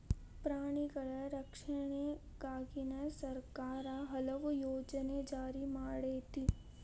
ಪ್ರಾಣಿಗಳ ರಕ್ಷಣೆಗಾಗಿನ ಸರ್ಕಾರಾ ಹಲವು ಯೋಜನೆ ಜಾರಿ ಮಾಡೆತಿ